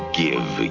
give